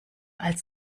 als